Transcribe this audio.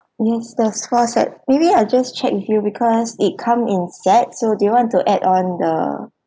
yes there's four set maybe I just check with you because it come in sets so do you want to add on the